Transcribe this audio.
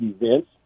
events